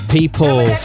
People